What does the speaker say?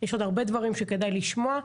יש עוד הרבה דברים שכדאי לשמוע.